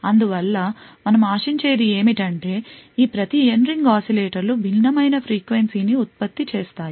అందువల్ల మనము ఆశించేది ఎమింటంటే ఏమిటంటే ఈ ప్రతి N రింగ్ oscillator లు భిన్నమైన ఫ్రీక్వెన్సీని ఉత్పత్తి చేస్తాయి